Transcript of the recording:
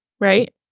Right